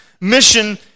mission